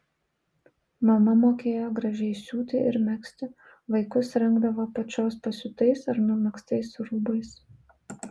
mama mokėjo gražiai siūti ir megzti vaikus rengdavo pačios pasiūtais ar numegztais rūbais